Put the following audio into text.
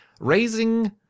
Raising